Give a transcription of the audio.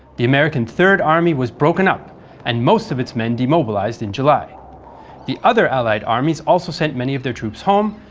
the american third army was broken up and most of its men demobilized. and yeah the the other allied armies also sent many of their troops home,